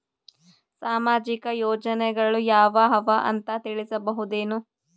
ಸಾಮಾಜಿಕ ಯೋಜನೆಗಳು ಯಾವ ಅವ ಅಂತ ತಿಳಸಬಹುದೇನು?